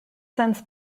since